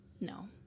No